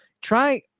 Try